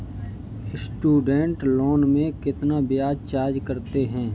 Student loan में कितना ब्याज चार्ज करते हैं?